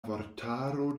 vortaro